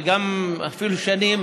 וגם אפילו שנים,